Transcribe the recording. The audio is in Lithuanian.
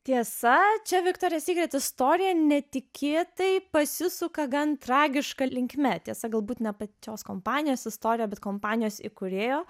tiesa čia viktorijos sykret istorija netikėtai pasisuka gan tragiška linkme tiesa galbūt ne pačios kompanijos istorija bet kompanijos įkūrėjo